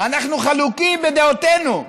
אנחנו חלוקים בדעותינו,